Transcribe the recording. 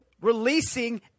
releasing